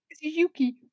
Yuki